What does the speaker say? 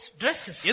dresses